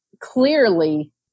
clearly